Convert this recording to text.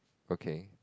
okay